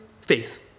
Faith